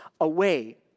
away